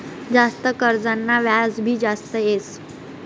जास्त कर्जना व्याज भी जास्त येस